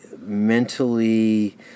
Mentally